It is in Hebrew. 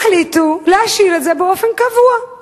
החליטו להשאיר את זה באופן קבוע.